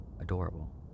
adorable